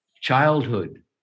childhood